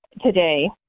today